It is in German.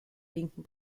linken